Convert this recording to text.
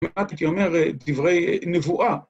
מעט, כי אומר, דברי נבואה.